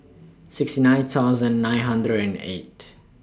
sixty nine thousand nine hundred and eight